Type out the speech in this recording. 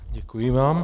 Děkuji vám.